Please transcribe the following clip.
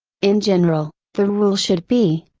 in general, the rule should be,